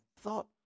thought